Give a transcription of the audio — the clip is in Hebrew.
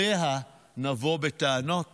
אליה נבוא בטענות,